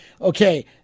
Okay